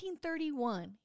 1931